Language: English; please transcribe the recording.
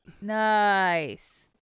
nice